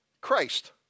Christ